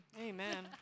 Amen